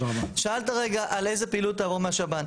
שאלת על איזה פעילות תעבור מהשב"ן.